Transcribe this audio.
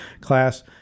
class